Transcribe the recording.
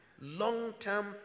long-term